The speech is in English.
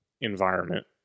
environment